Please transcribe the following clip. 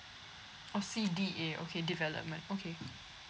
oh C_D_A okay development okay